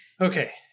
okay